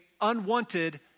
unwanted